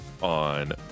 on